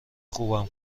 خوبم